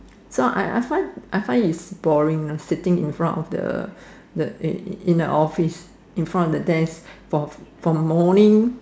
so I I find I find its boring you know sitting in front of the the in a office in front of the desk from morning